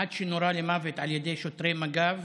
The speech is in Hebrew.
עד שנורה למוות על ידי שוטרי מג"ב,